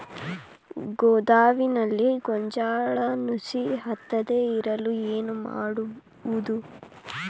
ಗೋದಾಮಿನಲ್ಲಿ ಗೋಂಜಾಳ ನುಸಿ ಹತ್ತದೇ ಇರಲು ಏನು ಮಾಡುವುದು?